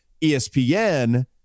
ESPN